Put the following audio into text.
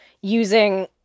using